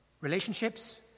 Relationships